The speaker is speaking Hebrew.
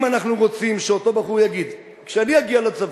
אם אנחנו רוצים שאותו בחור יגיד, כשאני אגיע לצבא,